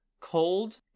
cold